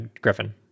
Griffin